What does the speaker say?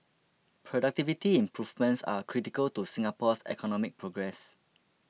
productivity improvements are critical to Singapore's economic progress